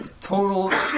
Total